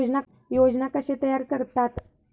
योजना कशे तयार करतात?